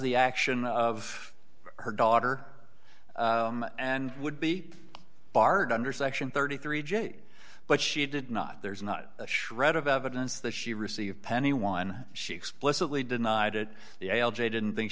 the action of her daughter and would be barred under section thirty three dollars j but she did not there's not a shred of evidence that she received penny one she explicitly denied it the a l j didn't think